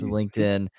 LinkedIn